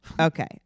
Okay